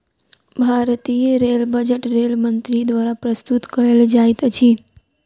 भारतीय rail budget rail मंत्री द्वारा प्रस्तुत कयल जाइत अछि